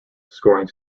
scoring